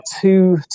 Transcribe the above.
two